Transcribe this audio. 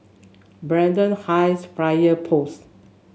Braddell Heights Fire Post